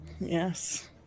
Yes